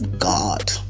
god